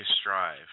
strive